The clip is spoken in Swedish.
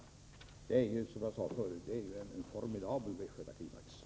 Det är, som jag sade förut, en formidabel västgötaklimax.